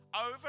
over